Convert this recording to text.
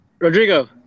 Rodrigo